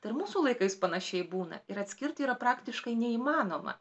tai ir mūsų laikais panašiai būna ir atskirti yra praktiškai neįmanoma